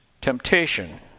temptation